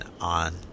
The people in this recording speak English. on